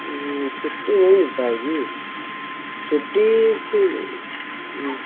ہوں چھٹی نہیں مل پائے گی چھٹی پھر ہوں